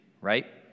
right